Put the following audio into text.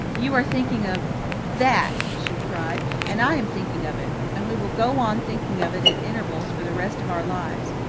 you are thinking of that, she cried, and i am thinking of it. and we will go on, thinking of it at intervals for the rest of our lives.